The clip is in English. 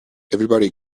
everybody